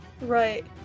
Right